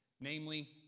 namely